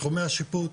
תחומי השיפוט,